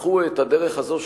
הפכו את הדרך הזאת,